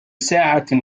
ساعة